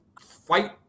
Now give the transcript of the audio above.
fight